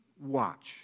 watch